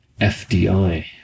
FDI